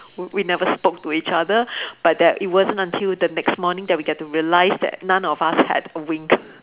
we we never spoke to each other but that it wasn't until the next morning that we get to realised that none of us had winked